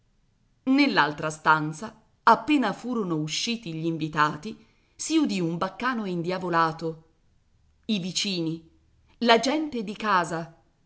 nell'altra stanza appena furono usciti gli invitati si udì un baccano indiavolato i vicini la gente di casa